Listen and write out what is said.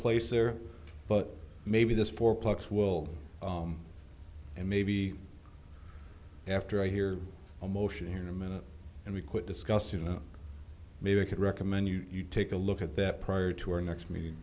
place there but maybe this fourplex will and maybe after i hear a motion here in a minute and we quit discuss you know maybe i could recommend you take a look at that prior to our next me